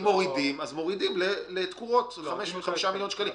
מורידים לתקורות מ-5 מיליון שקלים.